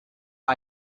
and